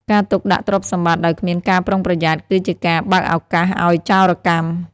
ការទុកដាក់ទ្រព្យសម្បត្តិដោយគ្មានការប្រុងប្រយ័ត្ន គឺជាការបើកឱកាសឱ្យចោរកម្ម។